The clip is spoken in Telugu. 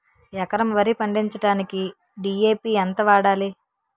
ఎకరం వరి పండించటానికి డి.ఎ.పి ఎంత వాడాలి?